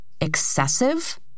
excessive